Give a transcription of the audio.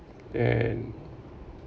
and